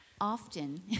Often